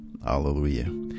Hallelujah